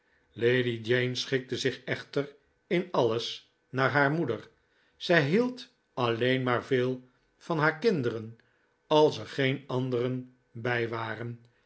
lady jane schikte zich echter in alles naar haar moeder zij hield alleen maar veel van haar kinderen als er geen anderen bij waren